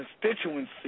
constituency